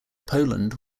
poland